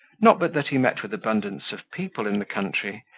not but that he met with abundance of people in the country,